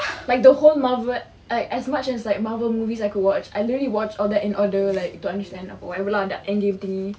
like the whole marvel~ as as much as like marvel movies I could watch I really watch all that in order to understand or whatever lah the end game thingy